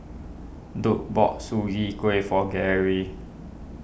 Duke bought Sugee for Garry